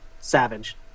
Savage